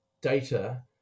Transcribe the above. data